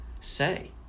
say